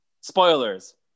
Spoilers